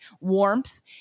warmth